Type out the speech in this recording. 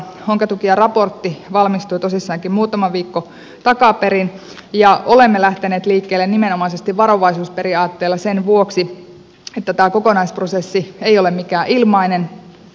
honkatukia raportti valmistui tosissaankin muutama viikko takaperin ja olemme lähteneet liikkeelle nimenomaisesti varovaisuusperiaatteella sen vuoksi että tämä kokonaisprosessi ei ole mikään ilmainen